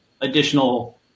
additional